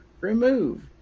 Remove